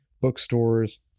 bookstores